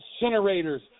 incinerators